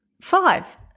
five